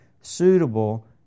suitable